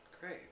Great